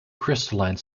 crystalline